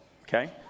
okay